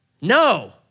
No